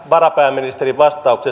varapääministerin vastaus